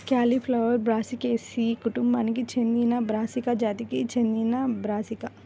cauliflower బ్రాసికాసి కుటుంబానికి చెందినబ్రాసికా జాతికి చెందినబ్రాసికా